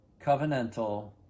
covenantal